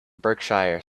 berkshire